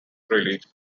release